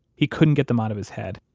he couldn't get them out of his head